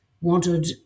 wanted